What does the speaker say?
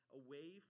away